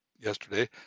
yesterday